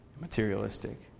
materialistic